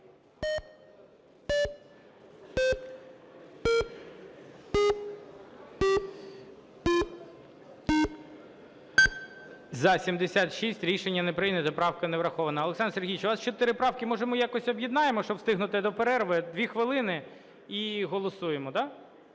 За-76 Рішення не прийнято. Правка не врахована. Олександр Сергійович, у вас чотири правки. Може ми якось об'єднаємо, щоб встигнути до перерви? Дві хвилини і голосуємо, да?